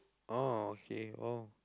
orh okay !wow!